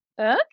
Okay